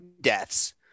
deaths